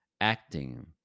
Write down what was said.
acting